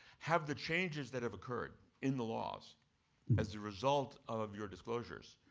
have the changes that have occurred in the laws as a result of your disclosures,